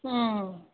ꯎꯝ